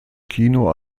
kino